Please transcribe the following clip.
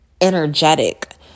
energetic